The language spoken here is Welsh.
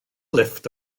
lifft